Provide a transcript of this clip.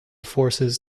forces